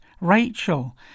rachel